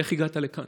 איך הגעת לכאן?